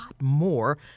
more